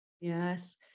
Yes